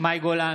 מאי גולן,